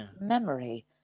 memory